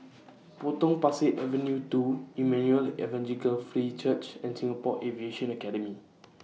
Potong Pasir Avenue two Emmanuel Evangelical Free Church and Singapore Aviation Academy